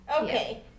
Okay